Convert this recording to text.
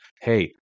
hey